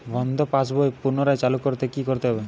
বন্ধ passbook পুনরায় চালু করতে কি করতে হবে?